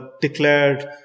declared